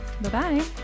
Bye-bye